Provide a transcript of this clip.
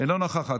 אינה נוכחת.